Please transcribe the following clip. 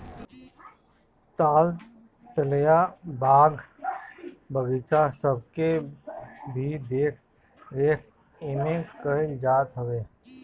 ताल तलैया, बाग बगीचा सबके भी देख रेख एमे कईल जात हवे